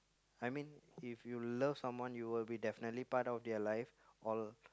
I mean if you love someone you will be definitely part of their life all